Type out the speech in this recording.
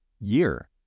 year